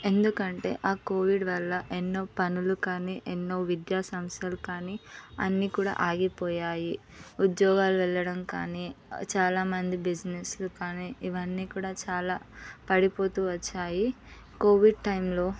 ఎందుకంటే ఆ కోవిడ్ వలన ఎన్నో పనులు కానీ ఎన్నో విద్యా సంస్థలు కానీ అన్ని కూడా ఆగిపోయాయి ఉద్యోగాలు వెళ్ళడం కానీ చాలామంది బిజినెస్లు కానీ ఇవన్నీ కూడా చాలా పడిపోతూ వచ్చాయి కోవిడ్ టైంలో